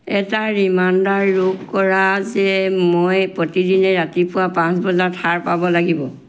এটা ৰিমাইণ্ডাৰ ৰোগ কৰা যে মই প্ৰতিদিনে ৰাতিপুৱা পাঁচ বজাত সাৰ পাব লাগিব